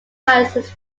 licensed